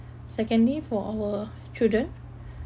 secondly for our children